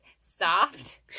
soft